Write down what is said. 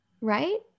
right